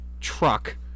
truck